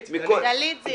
דלית.